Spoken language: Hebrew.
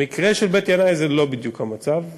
במקרה של בית-ינאי זה לא בדיוק המצב,